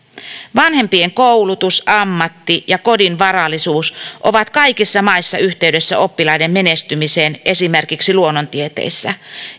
vanhempien koulutus ammatti ja kodin varallisuus ovat kaikissa maissa yhteydessä oppilaiden menestymiseen esimerkiksi luonnontieteissä